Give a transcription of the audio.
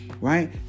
right